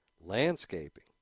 landscaping